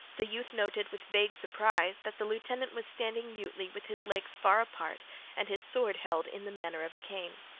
the youth noted with vague surprise that the lieutenant was standing mutely with his legs far apart and his sword held in the manner of a cane.